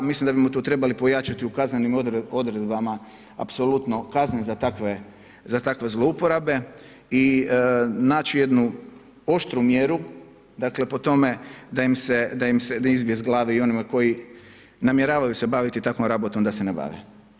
Mislim da bismo to trebali pojačati u kaznenim odredbama apsolutno kazne za takve zlouporabe i naći jednu oštru mjeru, dakle po tome da im se, da izbije iz glave i onima koji namjeravaju se baviti takvom rabatom da se ne bave.